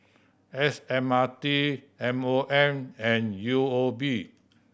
S M R T M O M and U O B